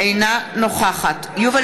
נגד יובל